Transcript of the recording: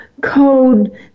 code